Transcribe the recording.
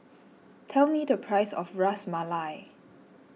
tell me the price of Ras Malai